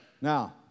Now